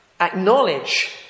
acknowledge